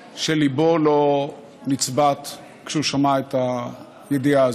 שליבו לא נצבט כשהוא שמע את הידיעה הזאת.